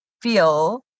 feel